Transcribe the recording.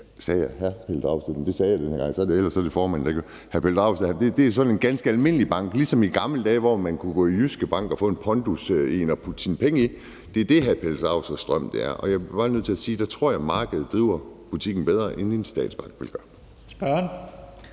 hr. Pelle Dragsted vil have, er jo en filial nede ved siden af Arbejdernes Landsbank. Det er jo sådan en ganske almindelig bank ligesom i gamle dage, hvor man kunne gå i Jyske Bank og få en pondus at putte sine penge i. Det er det, hr. Pelle Dragsteds drøm er. Og jeg bliver bare nødt til at sige, at der tror jeg markedet driver butikken bedre, end en statsbank vil gøre. Kl.